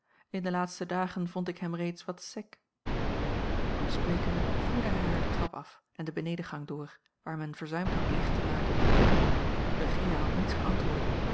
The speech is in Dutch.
in de laatste dagen vond ik hem a l g bosboom-toussaint langs een omweg reeds wat sec al sprekende voerde hij haar de trap af en de benedengang door waar men verzuimd had licht te maken regina had niets geantwoord